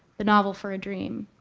the novel for a dream.